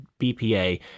BPA